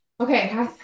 Okay